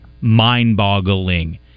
mind-boggling